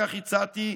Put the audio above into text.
כך הצעתי,